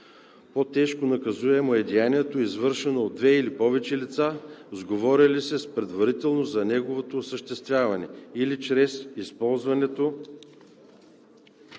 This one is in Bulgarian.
По-тежко наказуемо е деянието, извършено от две или повече лица, сговорили се предварително за неговото осъществяване, или чрез използването